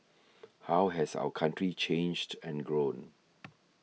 how has our country changed and grown